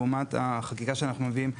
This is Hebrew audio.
לעומת החקיקה שאנחנו מביאים,